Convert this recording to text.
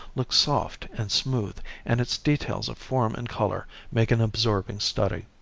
looks soft and smooth and its details of form and color make an absorbing study.